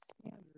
standard